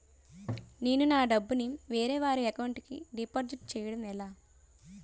నేను నా డబ్బు ని వేరే వారి అకౌంట్ కు డిపాజిట్చే యడం ఎలా?